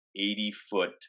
80-foot